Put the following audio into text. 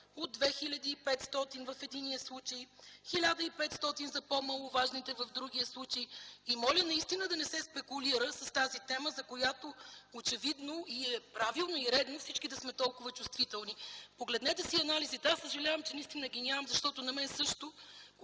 от 2500 в единия случай, 1500 – за по-маловажните, в другия случай. И моля наистина да не се спекулира с тази тема, за която очевидно – и е правилно, и редно всички да сме толкова чувствителни. Погледнете си анализите! Аз съжалявам че ги нямам, защото на мен също,